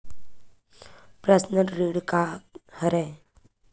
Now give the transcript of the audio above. Personal ऋण का हरय?